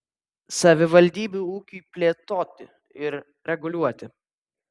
savivaldybių ūkiui plėtoti ir reguliuoti